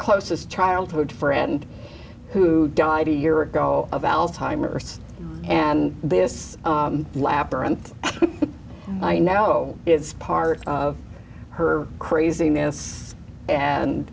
closest childhood friend who died a year ago of alzheimer's and this laughter and i know it's part of her craziness and